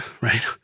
right